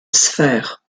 sphère